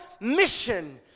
mission